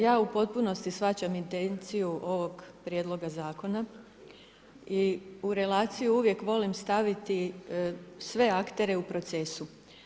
Ja u potpunosti shvaćam intenciju ovog prijedloga zakona i u relaciju uvijek volim staviti sve aktere u procesu.